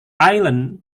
island